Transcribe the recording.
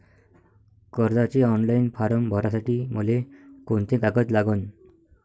कर्जाचे online form भरासाठी मले कोंते कागद लागन?